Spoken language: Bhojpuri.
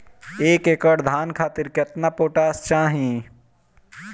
एक एकड़ धान खातिर केतना पोटाश चाही?